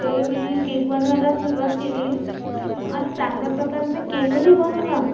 तर मी केक बनवायला सुरवात केली आणि चांगल्याप्रकारे मी केकही बनवला